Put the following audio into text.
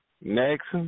Next